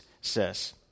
says